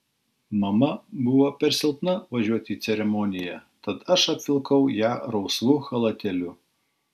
mama buvo per silpna važiuoti į ceremoniją tad aš apvilkau ją rausvu chalatėliu